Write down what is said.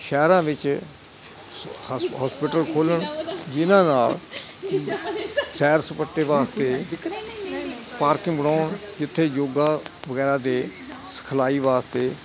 ਸ਼ਹਿਰਾਂ ਵਿੱਚ ਸ ਹੋਸਪਿਟਲ ਖੋਲ੍ਹਣ ਜਿਨ੍ਹਾਂ ਨਾਲ ਸੈਰ ਸਪਾਟੇ ਵਾਸਤੇ ਪਾਰਕਿੰਗ ਬਣਾਉਣ ਜਿੱਥੇ ਯੋਗਾ ਵਗੈਰਾ ਦੇ ਸਿਖਲਾਈ ਵਾਸਤੇ